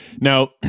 Now